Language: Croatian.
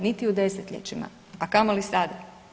Niti u desetljećima, a kamoli sada.